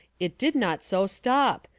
it did not so stop.